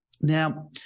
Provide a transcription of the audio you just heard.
Now